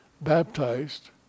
baptized